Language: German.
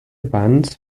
bands